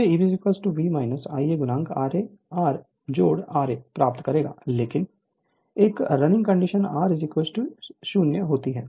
तब यह Eb V Ia ra R ra प्राप्त करेगा लेकिन एक रनिंग कंडीशन R 0 होगी